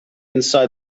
inside